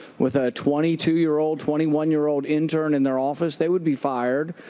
with a twenty two year old, twenty one year old intern in their office, they would be fired.